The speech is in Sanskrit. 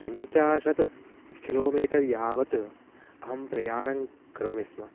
पञ्चाशत् किलोमीटर् यावत् अहं प्रयाणं करोमि स्म